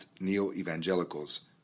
neo-evangelicals